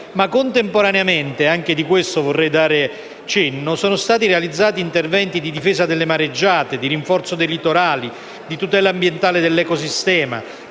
Contemporaneamente - vorrei accennare anche a questo - sono stati realizzati interventi di difesa dalle mareggiate, di rinforzo dei litorali, di tutela ambientale dell'ecosistema,